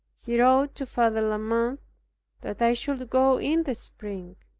he wrote to father la mothe that i should go in the spring,